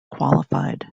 qualified